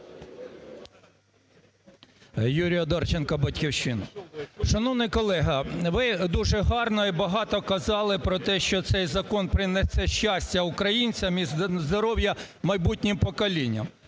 Юрій Одарченко, "Батьківщина". Шановні колеги, ви дуже гарно і багато казали про те, що цей закон принесе щастя українцям і здоров'я майбутнім поколінням,